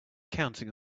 counting